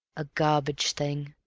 a garbage thing,